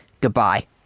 Goodbye